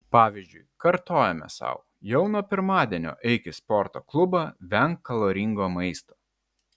pavyzdžiui kartojame sau jau nuo pirmadienio eik į sporto klubą venk kaloringo maisto